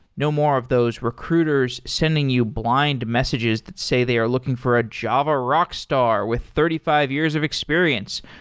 no more of those recruiters sending you blind messages that say they are looking for a java rock star with thirty five years of experience,